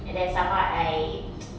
and then somehow I